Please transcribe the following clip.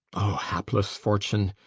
hapless fortune!